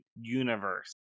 universe